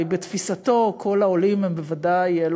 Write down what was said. הרי בתפיסתו כל העולים הם בוודאי לא